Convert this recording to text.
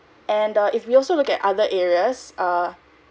and uh if we also look at other areas err